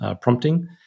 prompting